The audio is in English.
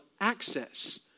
access